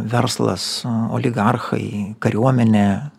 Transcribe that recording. verslas oligarchai kariuomenė